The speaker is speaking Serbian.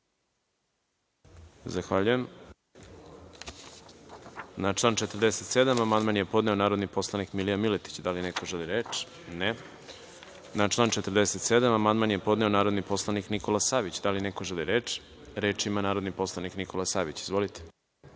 Zahvaljujem. Na član 47. amandman je podneo narodni poslanik Milija Miletić. Da li neko želi reč? (Ne)Na član 47. amandman je podneo narodni poslanik Nikola Savić. Da li neko želi reč? (Da)Reč ima narodni poslanik Nikola Savić. Izvolite.